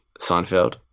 Seinfeld